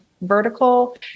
vertical